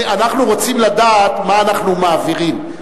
אנחנו רוצים לדעת מה אנחנו מעבירים,